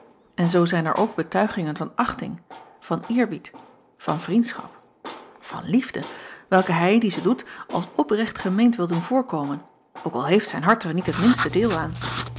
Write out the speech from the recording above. n zoo zijn er ook betuigingen van achting van eerbied van vriendschap van liefde welke hij die ze doet als oprecht gemeend wil doen voorkomen ook al heeft zijn hart er niet het minste deel aan